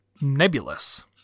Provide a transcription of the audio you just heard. nebulous